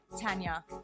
Tanya